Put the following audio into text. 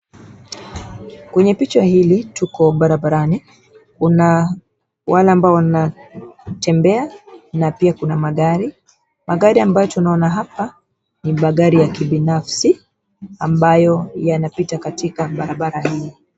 Kwenye picha hili, tuko barabarani. Kuna wale ambao wanatembea, pia kuna magari. Magari ambayotunaona hapa ni magari ya kibinafsi, ambayo yanapita katika barabara hii.